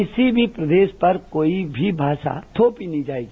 किसी भी प्रदेश पर कोई भी भाषा थोपी नहीं जाएगी